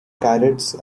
carrots